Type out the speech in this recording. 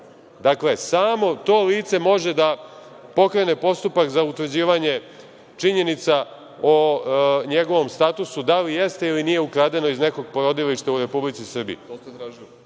dakle, samo to lice može da pokrene postupak za utvrđivanje činjenica o njegovom statusu, da li jeste ili nije ukradeno iz nekog porodilišta u Republici